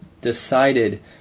decided